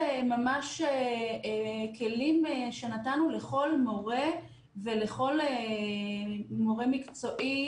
ממש כלים שנתנו לכל מורה וכל מורה מקצועי